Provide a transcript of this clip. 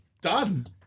Done